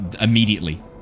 Immediately